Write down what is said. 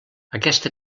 aquesta